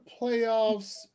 playoffs